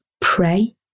Pray